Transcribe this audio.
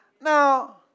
Now